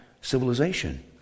civilization